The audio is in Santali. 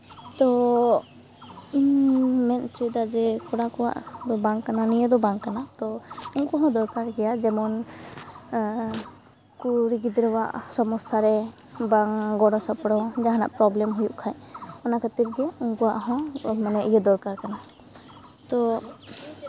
ᱛᱚ ᱤᱧ ᱢᱮᱱ ᱦᱚᱪᱚᱭᱮᱫᱟ ᱡᱮ ᱠᱚᱲᱟ ᱠᱚᱣᱟ ᱫᱚ ᱵᱟᱝ ᱠᱟᱱᱟ ᱱᱤᱭᱟᱹ ᱫᱚ ᱵᱟᱝ ᱠᱟᱱᱟ ᱛᱚ ᱩᱱᱠᱩ ᱦᱚᱸ ᱫᱚᱨᱠᱟᱨ ᱜᱮᱭᱟ ᱡᱮᱢᱚᱱ ᱠᱩᱲᱤ ᱜᱤᱫᱽᱨᱟᱹᱣᱟᱜ ᱥᱚᱢᱚᱥᱥᱟ ᱨᱮ ᱵᱟᱝ ᱜᱚᱲᱚ ᱥᱚᱯᱲᱚ ᱡᱟᱦᱟᱱᱟᱜ ᱯᱨᱚᱵᱞᱮᱢ ᱦᱩᱭᱩᱜ ᱠᱷᱟᱡ ᱚᱱᱟ ᱠᱷᱟᱹᱛᱤᱨ ᱜᱮ ᱩᱱᱠᱩᱣᱟᱜ ᱦᱚᱸ ᱢᱟᱱᱮ ᱤᱭᱟᱹ ᱫᱚᱨᱠᱟᱨ ᱠᱟᱱᱟ ᱛᱚ